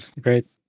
Great